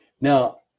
Now